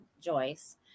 Joyce